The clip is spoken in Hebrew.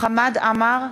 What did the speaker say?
חמד עמאר,